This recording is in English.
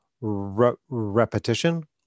repetition